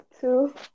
Two